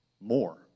more